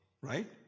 right